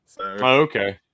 okay